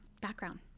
Background